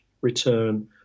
return